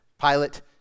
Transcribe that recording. Pilate